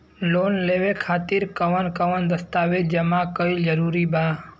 Loan लेवे खातिर कवन कवन दस्तावेज जमा कइल जरूरी बा?